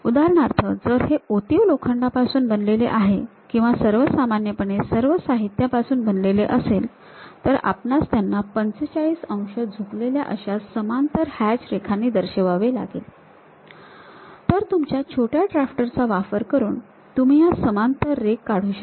उदाहरणार्थ जर हे ओतीव लोखंडापासून बनलेले आहे किंवा सर्वसामान्यपणे सर्व साहित्यापासून बनलेले असेल तर आपणास त्यांना ४५ अंश झुकलेल्या अशा समांतर हॅच रेखांनी दर्शवावे लागेल तर तुमच्या छोट्या ड्रॅफ्टर चा वापर करून तुम्ही या समांतर रेघ काढू शकता